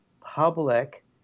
public